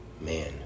Man